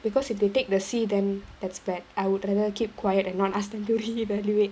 because if they take the C then that's bad I would rather keep quiet and not ask them to reevaluate